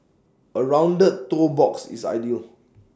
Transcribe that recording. A rounded toe box is ideal